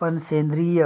पण सेंद्रीय